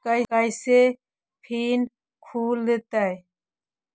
कैसे फिन खुल तय?